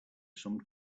some